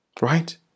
right